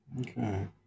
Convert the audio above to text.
Okay